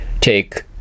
take